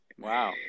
Wow